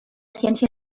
ciència